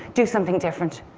do something different.